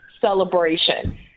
celebration